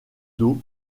dos